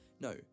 no